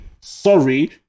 sorry